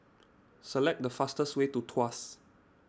select the fastest way to Tuas